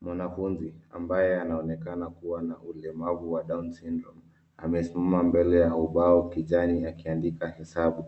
Mwanafunzi ambaye anaonekana kuwa na ulemavu wa Down syndrome . Amesimama mbele ya ubao kijani akiandika hesabu.